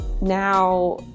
now